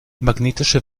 magnetische